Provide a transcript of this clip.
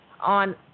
on